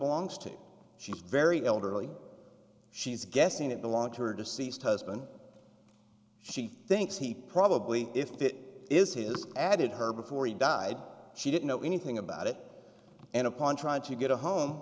belongs to she's very elderly she's guessing it belonged to her deceased husband she thinks he probably if it is his added her before he died she didn't know anything about it and upon trying to get a home